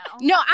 No